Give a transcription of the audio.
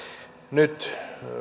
nyt